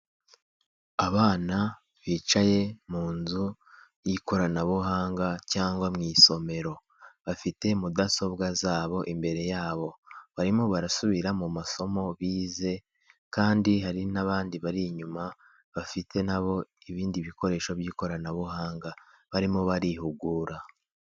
Abana bicaye mu nzu y'ikoranabuhanga cyangwa mu isomero bafite mudasobwa zabo imbere yabo barimo barasubira mu masomo bize kandi hari n'abandi bari inyuma bafite nabo ibindi bikoresho by'ikoranabuhanga barimo barihugura.